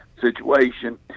situation